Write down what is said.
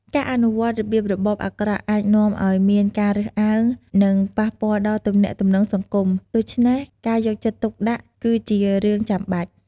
ការអនុវត្តរបៀបរបបអាក្រក់អាចនាំឲ្យមានការរើសអើង និងប៉ះពាល់ដល់ទំនាក់ទំនងសង្គម ដូច្នេះការយកចិត្តទុកដាក់គឺជារឿងចាំបាច់។